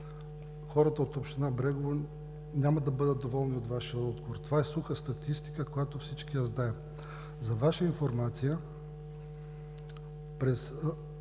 хората от община Брегово няма да бъдат доволни от Вашия отговор. Това е суха статистика, която всички знаем. За Ваша информация през